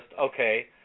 okay